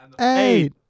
eight